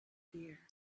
fear